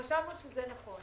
חשבנו שזה נכון.